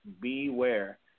beware